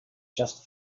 just